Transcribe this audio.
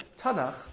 Tanakh